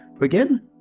Again